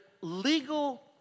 legal